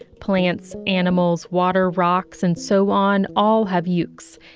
plants, animals, water, rocks, and so on. all have yuks.